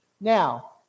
now